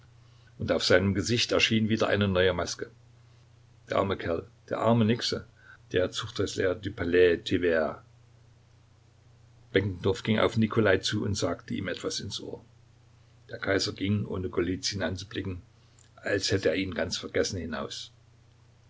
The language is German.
und auf seinem gesicht erschien wieder eine neue maske der arme kerl der arme nixe der zuchthäusler du palais d'hiver benkendorf ging auf nikolai zu und sagte ihm etwas ins ohr der kaiser ging ohne golizyn anzublicken als hätte er ihn ganz vergessen hinaus